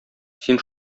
син